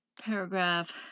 Paragraph